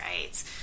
right